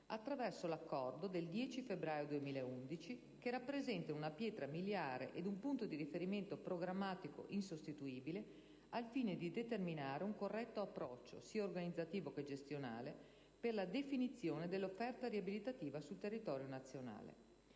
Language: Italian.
attraverso l'accordo del 10 febbraio 2011, che rappresentano una pietra miliare ed un punto di riferimento programmatico insostituibile al fine di determinare un corretto approccio, sia organizzativo che gestionale, per la definizione dell'offerta riabilitativa sul territorio nazionale.